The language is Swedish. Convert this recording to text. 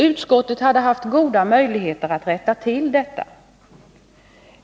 Utskottet hade haft goda möjligheter att rätta till detta.